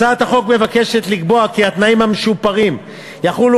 הצעת החוק מבקשת לקבוע כי התנאים המשופרים יחולו